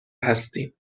هستیم